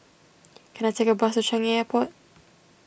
can I take a bus to Changi Airport